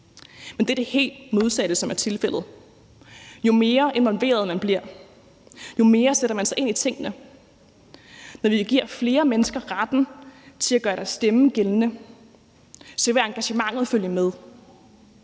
Men det er det helt modsatte, som er tilfældet. Jo mere involveret man bliver, jo mere sætter man sig ind i tingene. Når vi giver flere mennesker retten til at gøre deres stemme gældende, vil engagementet følge med.